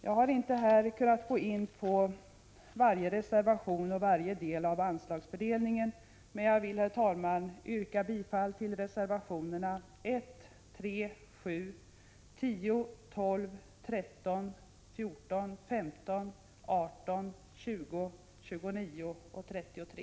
Jag har i detta sammanhang inte kunnat gå in på varje reservation och varje del av anslagsfördelningen, men jag vill, herr talman, yrka bifall till reservationerna 1, 3, 7, 10, 12, 13, 14, 15, 18, 20, 29 och 33.